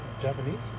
Japanese